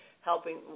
helping